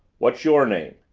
what's your name?